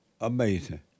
Amazing